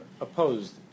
opposed